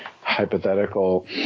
hypothetical